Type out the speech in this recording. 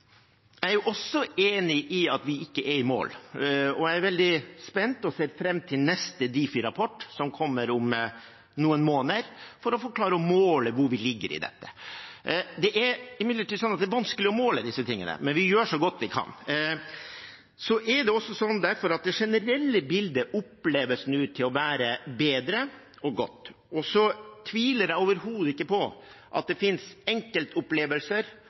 Jeg er også enig i at vi ikke er i mål, og jeg er veldig spent på og ser fram til neste Difi-rapport, som kommer om noen måneder, for å måle hvordan vi ligger an med dette. Det er imidlertid vanskelig å måle disse tingene, men vi gjør så godt vi kan. Det generelle bildet er at dette nå oppleves å være bedre og godt. Jeg tviler overhodet ikke på at det finnes enkeltopplevelser